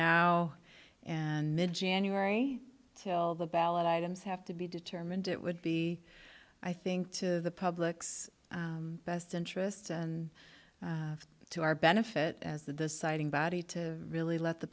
now and mid january till the ballot items have to be determined it would be i think to the public's best interests and to our benefit as the deciding body to really let the